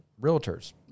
realtors